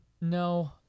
No